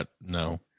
No